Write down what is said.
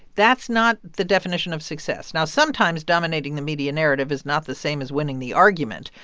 that's not the definition of success. now, sometimes dominating the media narrative is not the same as winning the argument.